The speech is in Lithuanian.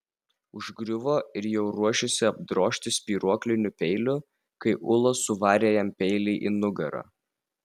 užgriuvo ir jau ruošėsi apdrožti spyruokliniu peiliu kai ula suvarė jam peilį į nugarą